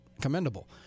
Commendable